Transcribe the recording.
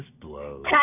blows